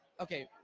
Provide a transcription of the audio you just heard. Okay